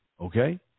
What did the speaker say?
Okay